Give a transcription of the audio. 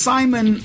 Simon